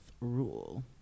rule